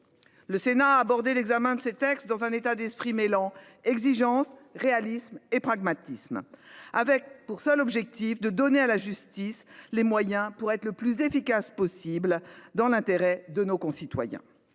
Le Sénat a abordé leur examen dans un état d’esprit mêlant exigence, réalisme et pragmatisme, avec pour seul objectif de donner à la justice les moyens d’être la plus efficace possible, dans l’intérêt de nos concitoyens.